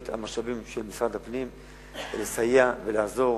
המשאבים של משרד הפנים כדי לסייע ולעזור.